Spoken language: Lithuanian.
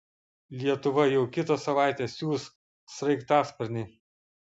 lietuva jau kitą savaitę siųs sraigtasparnį